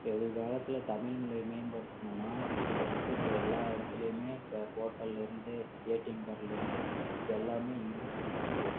எதிர்காலத்தில் தமிழ்மொலிய மேம்படுத்தணுன்னால் ஃபஸ்ட்டு இப்போ எல்லா இடத்துலையுமே இப்போ ஹோட்டல்லேருந்து ஏடிஎம் கார்ட்லேருந்து இப்போ எல்லாமே இங்கிலீஷ்லதான் இருக்குது